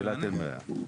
באילת אין בעיה.